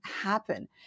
happen